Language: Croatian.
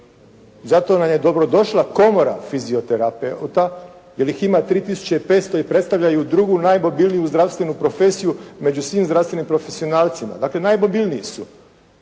Zato nam je dobro došla komora fizioterapeuta jer ih ima 3500 i predstavljaju drugu …/Govornik se ne razumije./… zdravstvenu profesiju među svim zdravstvenim profesionalcima, dakle, naj …/Govornik se